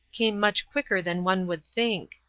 came much quicker than one would think.